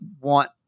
want